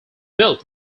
built